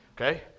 Okay